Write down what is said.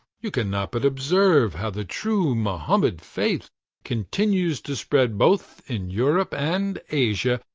you cannot but observe how the true mohammed faith continues to spread both in europe and asia,